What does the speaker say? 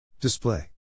Display